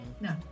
No